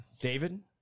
David